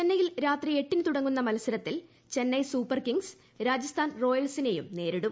ചെന്നെയിൽ രാത്രി എട്ടിന് തുടങ്ങുന്ന മത്സരത്തിൽ ചെന്നെ സൂപ്പർ കിങ്സ് രാജസ്ഥാൻ റോയൽസിനെയും നേരിടും